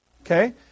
Okay